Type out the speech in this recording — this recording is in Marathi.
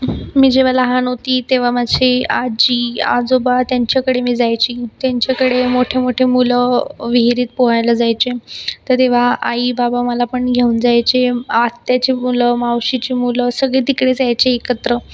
मी जेव्हा लहान होती तेव्हा माझे आजी आजोबा त्यांच्याकडे मी जायची त्यांच्याकडे मोठेमोठे मुलं विहिरीत पोहायला जायचे तर तेव्हा आईबाबा मला पण घेऊन जायचे आत्याचे मुलं मावशीचे मुलं सगळे तिकडेच यायचे एकत्र